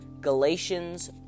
Galatians